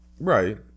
Right